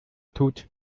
tut